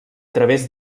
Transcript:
través